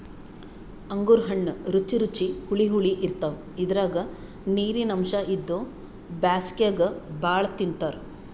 ಅಂಗೂರ್ ಹಣ್ಣ್ ರುಚಿ ರುಚಿ ಹುಳಿ ಹುಳಿ ಇರ್ತವ್ ಇದ್ರಾಗ್ ನೀರಿನ್ ಅಂಶ್ ಇದ್ದು ಬ್ಯಾಸ್ಗ್ಯಾಗ್ ಭಾಳ್ ತಿಂತಾರ್